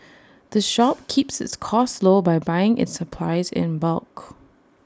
the shop keeps its costs low by buying its supplies in bulk